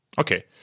Okay